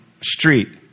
street